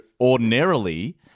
ordinarily